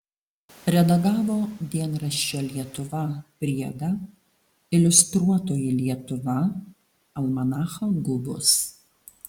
redagavo dienraščio lietuva priedą iliustruotoji lietuva almanachą gubos